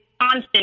constant